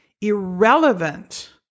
irrelevant